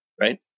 right